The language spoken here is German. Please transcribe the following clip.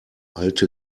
alte